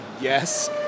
Yes